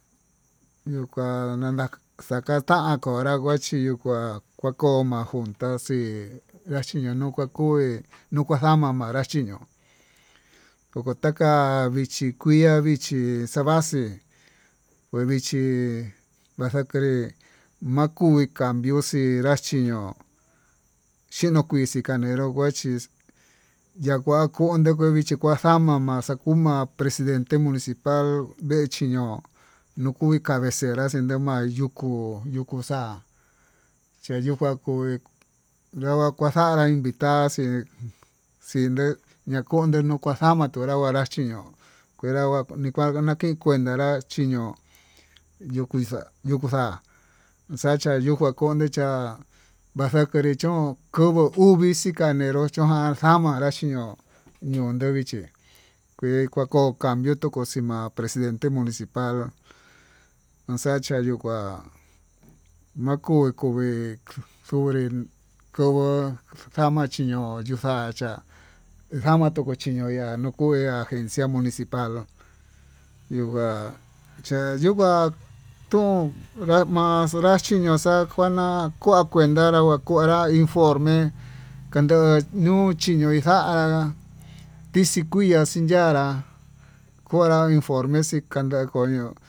Yuu kua nana xakata konrá kuachi yuu kuá, ko'o majunta xii ndachi ñino njakué nuka xama'a kunra chiño'o ndoko taka vichí kuia vichí xevaxi kue vichí vaxacre'e makuu ni cambio xinrá chiño, xiño kuii xikane'e nró nguachíx yavakunde nde vichi kua xa'a mama xakuma presidente municipal vee chí ño'o, nuu uhi cavecera chinima kuyú yukú xa'á xeyuka kuii ndava kuaxan taxii xinde ña'a konde tuu maxama'a kuanre kunrá chiño'o kindava kikangua makén kuananrá chiño'o yuu kuixa xaka yikua kone'e chá, vaxanré chón kovo uvii chianeró yoxonján camara xiño'o ndukan vichí ke kuako cambio toko xima'a presidente municipal, anxachuu yuu kuá makuu kuu vee ndoré kova'a kama chiño'o yuu xachá ejama nuu ko chinonaya makuu, kue agencia municipal yuu va'a che yuu va'á, tuun nruma'a maxii yuxiá anjuana kuá cuenta ráva kunrá informe kuenduu chinoi xa'á, ndixii kuii achindará konra informe chikanda konrió.